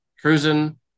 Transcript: cruising